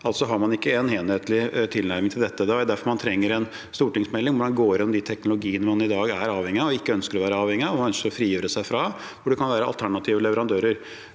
Altså har man ikke en enhetlig tilnærming til dette. Det er jo derfor man trenger en stortingsmelding, hvor man går igjennom de teknologiene man i dag er avhengig av, og ikke ønsker å være avhengig av, og som man ønsker å frigjøre seg fra, hvor det kan være alternative leverandører.